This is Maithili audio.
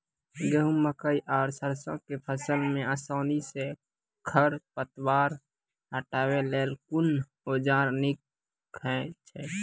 गेहूँ, मकई आर सरसो के फसल मे आसानी सॅ खर पतवार हटावै लेल कून औजार नीक है छै?